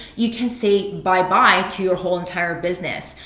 you can say bye bye to your whole entire business.